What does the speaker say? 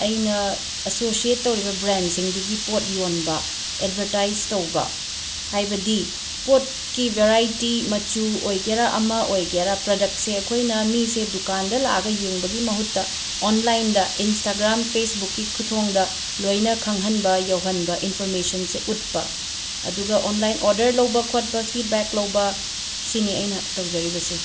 ꯑꯩꯅ ꯑꯁꯣꯁ꯭ꯌꯦꯠ ꯇꯧꯔꯤꯕ ꯕ꯭ꯔꯦꯟꯁꯤꯡꯗꯨꯒꯤ ꯄꯣꯠ ꯌꯣꯟꯕ ꯑꯦꯗꯕꯔꯇꯥꯏꯁ ꯇꯧꯕ ꯍꯥꯏꯕꯗꯤ ꯄꯣꯠꯀꯤ ꯕꯦꯔꯥꯏꯇꯤ ꯃꯆꯨ ꯑꯣꯏꯒꯦꯔ ꯑꯃ ꯑꯣꯏꯒꯦꯔ ꯄ꯭ꯔꯗꯛꯁꯦ ꯑꯩꯈꯣꯏꯅ ꯃꯤꯁꯦ ꯗꯨꯀꯥꯟꯗ ꯂꯥꯛꯑꯒ ꯌꯦꯡꯕꯒꯤ ꯃꯍꯨꯠꯇ ꯑꯣꯟꯂꯥꯏꯟꯗ ꯏꯟꯁꯇꯥꯒ꯭ꯔꯥꯝ ꯐꯦꯁꯕꯨꯛꯀꯤ ꯈꯨꯊꯥꯡꯗ ꯂꯣꯏꯅ ꯈꯪꯍꯟꯕ ꯌꯧꯍꯟꯕ ꯏꯟꯐꯣꯔꯃꯦꯁꯟꯁꯦ ꯎꯠꯄ ꯑꯗꯨꯒ ꯑꯣꯟꯂꯥꯏꯟ ꯑꯣꯔꯗꯔ ꯂꯧꯕ ꯈꯣꯠꯄ ꯐꯤꯠꯕꯦꯛ ꯂꯧꯕ ꯁꯤꯅꯤ ꯑꯩꯅ ꯇꯧꯖꯔꯤꯕꯁꯦ